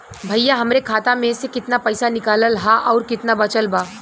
भईया हमरे खाता मे से कितना पइसा निकालल ह अउर कितना बचल बा?